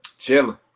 Chilling